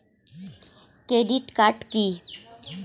Credit card key?